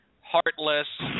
heartless